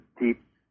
deep